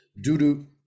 doo-doo